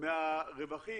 3.5% מהרווחים,